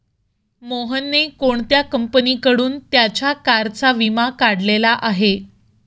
मोहनने कोणत्या कंपनीकडून त्याच्या कारचा विमा काढलेला आहे?